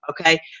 Okay